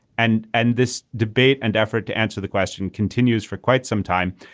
and and this debate and effort to answer the question continues for quite some time.